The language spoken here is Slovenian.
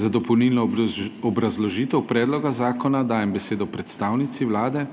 Za dopolnilno obrazložitev predloga zakona dajem besedo predstavnici Vlade,